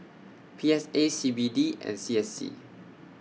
P S A C B D and C S C